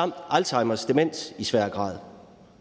og Alzheimers demens i svær grad.